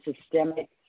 systemic